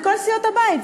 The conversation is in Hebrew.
מכל סיעות הבית,